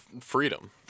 Freedom